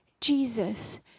Jesus